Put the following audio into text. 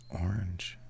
orange